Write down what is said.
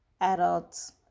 adults